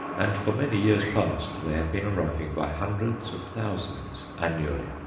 and for many years past they have been arriving by hundreds of thousands annually!